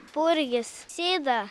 purgis sida